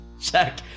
Check